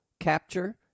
Capture